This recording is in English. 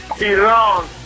Iran